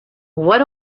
what